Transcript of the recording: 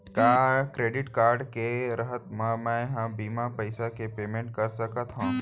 का credit card के रहत म, मैं ह बिना पइसा के पेमेंट कर सकत हो?